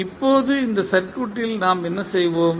இப்போது இந்த சர்க்யூட் ல் நாம் என்ன செய்வோம்